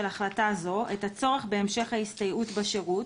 החלטה זו את הצורך בהמשך ההסתייעות בשירות,